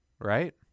Right